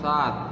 સાત